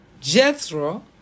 Jethro